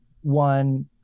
one